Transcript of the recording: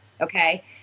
Okay